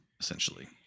essentially